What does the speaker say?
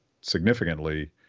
significantly